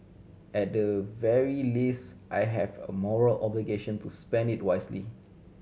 at the very least I have a moral obligation to spend it wisely